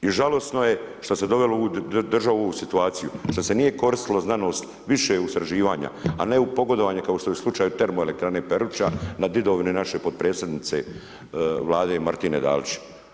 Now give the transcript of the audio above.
I žalosno je što se dovelo ovu državu u ovu situaciju, što se nije koristila znanost više u istraživanja, a ne u pogodovanje kao što je slučaj termoelektrane Peruča na didovini naše potpredsjednice Vlade Martine Dalić.